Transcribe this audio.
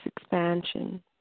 expansion